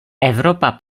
evropa